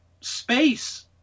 space